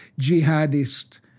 jihadist